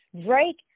Drake